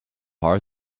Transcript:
hard